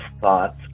thoughts